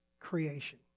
creation